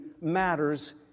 matters